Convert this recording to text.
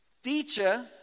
Teacher